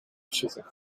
opzoeken